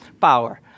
power